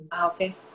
Okay